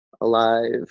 alive